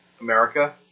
America